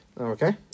Okay